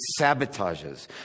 sabotages